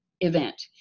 event